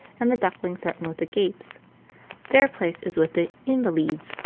and the duckling threatened with the gapes their place is with the invaleeds,